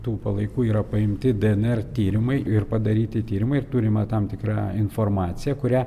tų palaikų yra paimti dnr tyrimai ir padaryti tyrimai ir turima tam tikra informacija kurią